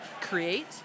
create